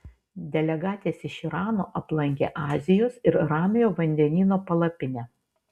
delegatės iš irano aplankė azijos ir ramiojo vandenyno palapinę